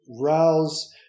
rouse